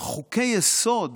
חוקי-יסוד